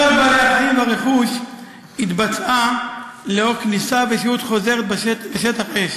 תפיסת בעלי-החיים והרכוש התבצעה לאור כניסה ושהות חוזרת בשטח אש